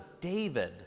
David